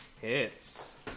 Hits